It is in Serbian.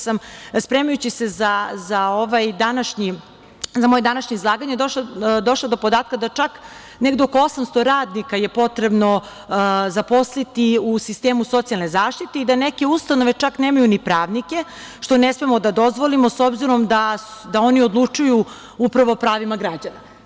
Spremajući se za moje današnje izlaganje, došla sam do podatka da čak negde oko 800 radnika je potrebno zaposliti u sistemu socijalne zaštite i da neke ustanove čak nemaju ni pravnike, što ne smemo da dozvolimo, s obzirom da oni odlučuju upravo o pravima građana.